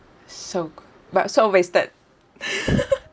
so good but so wasted